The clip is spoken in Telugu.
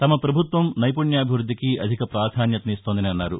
తమ ప్రభుత్వం నైపుణ్యాభివృద్ధికి అధిక ప్రాధాన్యతనిస్తోందన్నారు